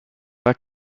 pas